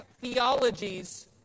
theologies